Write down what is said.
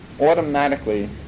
automatically